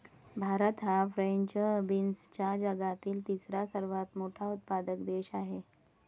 भारत हा फ्रेंच बीन्सचा जगातील तिसरा सर्वात मोठा उत्पादक देश आहे